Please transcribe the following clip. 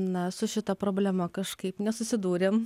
na su šita problema kažkaip nesusidūrėm